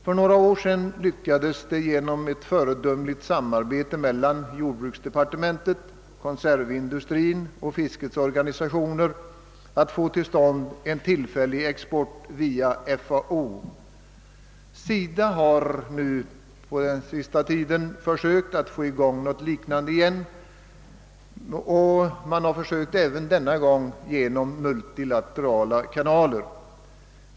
För några år sedan lyckades man genom ett föredömligt samarbete mellan jordbruksdepartementet, konservindustrin och fiskets organisationer få till stånd en tillfällig export via FAO. SIDA har på senaste tiden försökt att få i gång något liknande igen. Man har även denna gång gjort sina ansträngningar via multilaterala kanaler.